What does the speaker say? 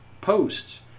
posts